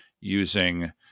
using